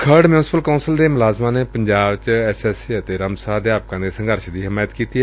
Kharar municipal council ਦੇ ਮੁਲਾਜ਼ਮ ਨੇ ਪੰਜਾਬ ਚ ਐਸ ਐਸ ਏ ਅਤੇ ਰਮਸਾ ਅਧਿਆਪਕਾਂ ਦੇ ਸੰਘਰਸ਼ ਦੀ ਹਮਾਇਤ ਕੀਤੀ ਏ